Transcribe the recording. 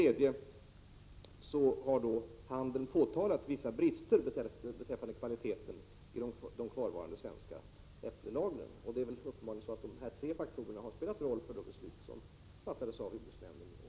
Dessutom har handeln påtalat vissa brister beträffande kvaliteten i de kvarvarande svenska äppellagren. Det är uppenbarligen så att dessa tre faktorer har spelat en roll vid det enhälliga beslut som jordbruksnämnden fattade.